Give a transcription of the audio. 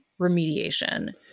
remediation